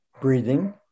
breathing